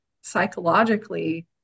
psychologically